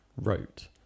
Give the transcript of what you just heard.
wrote